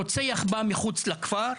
הרוצח הגיע מחוץ לכפר,